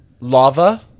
Lava